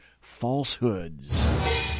falsehoods